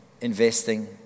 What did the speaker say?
investing